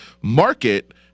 market